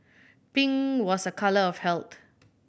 pink was a colour of health